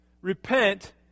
Repent